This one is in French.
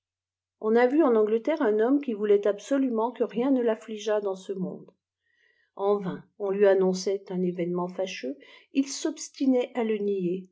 on a vu eh angteteirte tft homtné qui voùlart absolument que rien ne l'affligeât dans ce monde en vain on lui annonçait un évéfiemeiit bx il d'obstinait à le nier